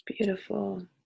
Beautiful